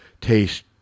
taste